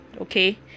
okay